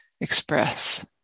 express